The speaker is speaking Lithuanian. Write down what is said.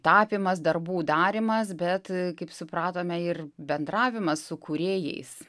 tapymas darbų darymas bet kaip supratome ir bendravimas su kūrėjais